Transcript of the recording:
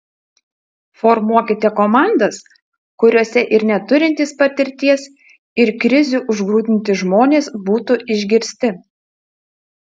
formuokite komandas kuriose ir neturintys patirties ir krizių užgrūdinti žmonės būtų išgirsti